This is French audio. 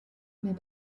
mais